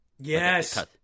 Yes